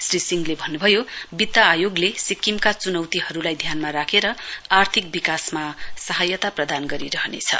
श्री सिंहले भन्नुभयो वित्त आयोगले सिक्किम चुनौतीहरूलाई ध्यानमा राखेर आर्थिक विकासका सहायता प्रदान गरिरहनेछ